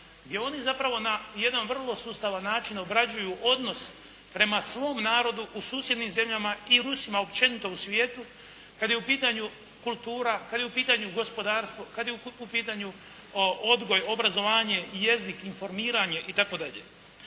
gdje oni zapravo na jedan vrlo sustava način obrađuju odnos prema svom narodu u susjednim zemljama i Rusima općenito u svijetu kada je u pitanju kultura, kada je u pitanju gospodarstvo, kada je u pitanju odgoj, obrazovanje, jezik, informiranje itd.